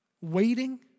waiting